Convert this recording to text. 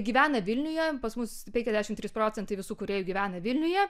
gyvena vilniuje pas mus penkiasdešimt trys procentai visų kūrėjų gyvena vilniuje